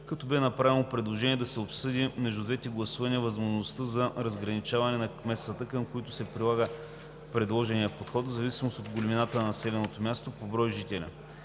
като бе направено предложение да се обсъди между двете гласувания възможността за разграничаване на кметствата, към които да се прилага предложения подход, в зависимост от големината на населеното място, определена